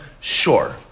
Sure